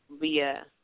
via